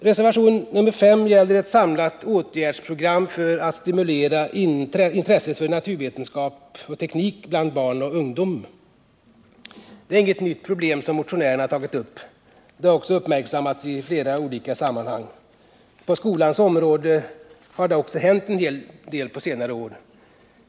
Reservationen 5 gäller ett samlat åtgärdsprogram för att stimulera intresset för naturvetenskap och teknik bland barn och ungdom. Det är inget nytt problem som motionärerna har tagit upp. Det har också uppmärksammats i flera olika sammanhang. På skolans område har det också hänt en hel del på senare år.